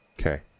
Okay